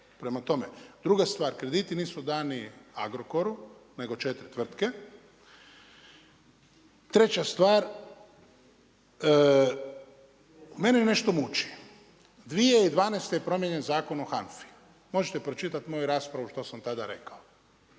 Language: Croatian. druga stvar krediti nisu dani Agrokoru nego četiri tvrtke. Treća stvar, mene nešto muči. 2012. je promijenjen Zakon o HANFA-i. Možete pročitati moju raspravu što sam tada rekao,